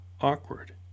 awkward